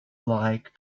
like